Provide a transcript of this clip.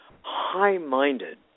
high-minded